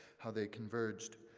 how they converged.